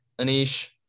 Anish